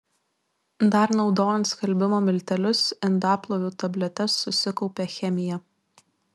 dar naudojant skalbimo miltelius indaplovių tabletes susikaupia chemija